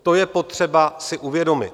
To je potřeba si uvědomit.